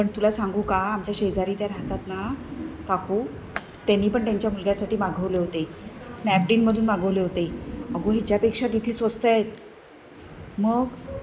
पण तुला सांगू का आमच्या शेजारी त्या राहतात ना काकू त्यांनी पण त्यांच्या मुलग्यासाठी मागवले होते स्नॅपडीलमधून मागवले होते अगं ह्याच्यापेक्षा तिथे स्वस्त आहेत मग